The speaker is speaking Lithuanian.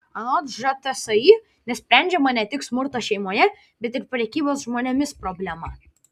anot žtsi nesprendžiama ne tik smurto šeimoje bet ir prekybos žmonėmis problema